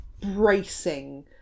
bracing